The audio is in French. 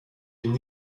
une